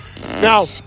Now